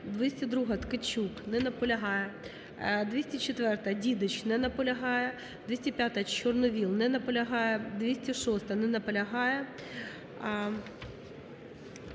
202-а, Ткачук. Не наполягає. 204-а, Дідич. Не наполягає. 205-а, Чорновол. Не наполягає. 206-а. Не наполягає.